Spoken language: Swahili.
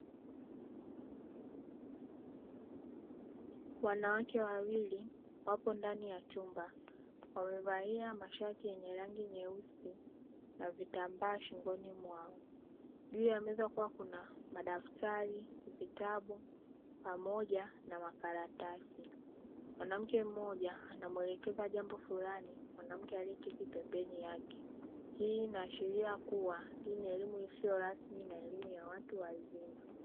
Wanawake wawili wapo ndani ya chumba, wamevalia mashati yenye rangi nyeusi na vitambaa shingoni mwao. Juu ya meza kuna madaftari, vitabu pamoja na makaratasi, mwanamke mmoja anamuelekeza jambo fulani mwanamke aliyeketi pembeni yake. Hii inaashiria kuwa hii ni elimu isiyo rasmi na elimu ya watu wazima.